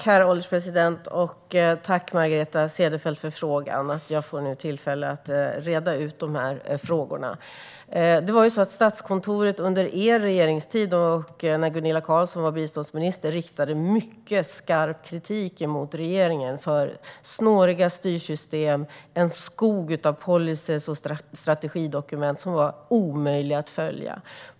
Herr ålderspresident! Tack, Margareta Cederfelt, för frågorna! Jag får nu tillfälle att reda ut dem. Statskontoret riktade under er regeringstid när Gunilla Carlsson var biståndsminister mycket skarp kritik mot regeringen för snåriga styrsystem och en skog av policy och strategidokument som var omöjliga att följa.